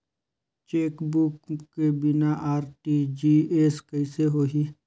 Chequebook के बिना RTGS कइसे होही?